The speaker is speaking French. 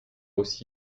aussi